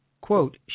quote